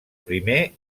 primer